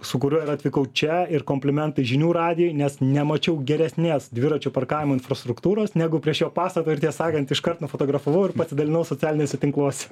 su kuriuo ir atvykau čia ir komplimentai žinių radijui nes nemačiau geresnės dviračių parkavimo infrastruktūros negu prie šio pastato ir tiesą sakan iškart nufotografavau ir pasidalinau socialiniuose tinkluose